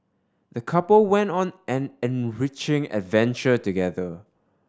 the couple went on an enriching adventure together